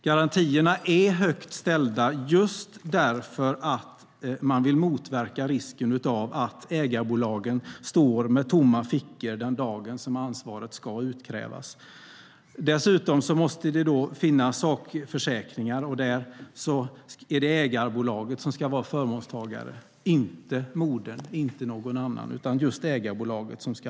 Garantierna är högt ställda just därför att man vill motverka risken att ägarbolagen står med tomma fickor den dagen som ansvaret ska utkrävas. Dessutom måste det finnas sakförsäkringar, och där är det ägarbolaget som ska vara förmånstagare, inte moderbolaget eller någon annan än just ägarbolaget.